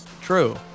True